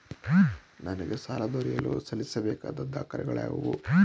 ನನಗೆ ಸಾಲ ದೊರೆಯಲು ಸಲ್ಲಿಸಬೇಕಾದ ದಾಖಲೆಗಳಾವವು?